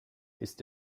ist